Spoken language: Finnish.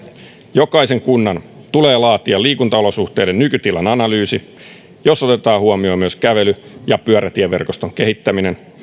jokaisen kunnan tulee laatia liikuntaolosuhteiden nykytilan analyysi jossa otetaan huomioon myös kävely ja pyörätieverkoston kehittäminen